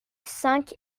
cinq